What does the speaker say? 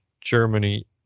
Germany